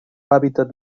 hàbitat